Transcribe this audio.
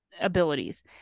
abilities